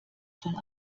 schon